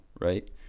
right